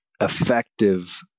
effective